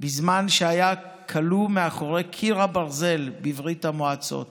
בזמן שהיה כלוא מאחורי קיר הברזל בברית המועצות.